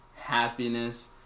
happiness